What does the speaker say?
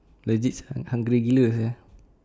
legit sia hungry gila sia